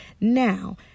Now